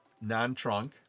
non-trunk